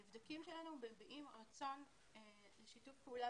הנבדקים שלנו מביעים רצון לשיתוף פעולה